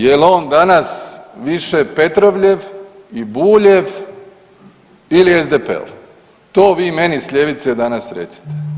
Jel on danas više Petrovljev i Buljev ili SDP-ov, to vi meni s ljevice danas recite.